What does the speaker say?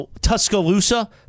Tuscaloosa